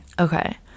Okay